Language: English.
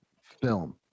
film